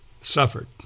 suffered